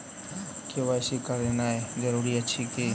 KYC करानाइ जरूरी अछि की?